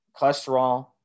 cholesterol